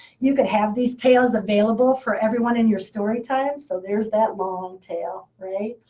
you could have these tails available for everyone in your story time. so there's that long tail, right?